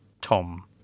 Tom